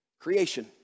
creation